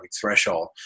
threshold